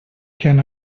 can